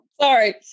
Sorry